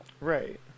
Right